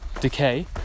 decay